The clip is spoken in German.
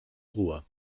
ruhe